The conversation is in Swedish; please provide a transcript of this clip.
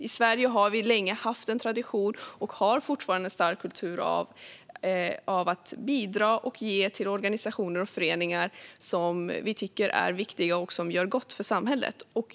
I Sverige har vi länge haft och har fortfarande en stark tradition och kultur av att bidra och ge till organisationer och föreningar som vi tycker är viktiga och som gör gott för samhället.